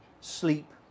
sleep